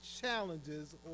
challenges